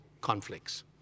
conflicts